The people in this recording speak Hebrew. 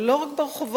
ולא רק ברחובות,